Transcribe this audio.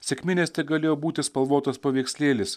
sekminės tegalėjo būti spalvotas paveikslėlis